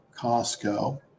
Costco